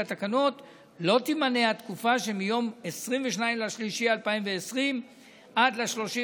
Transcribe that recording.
התקנות לא תימנה התקופה שמיום 22 במרץ 2020 עד ל-31